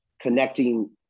connecting